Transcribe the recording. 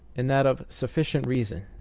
and that of sufficient reason,